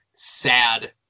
sad